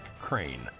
Crane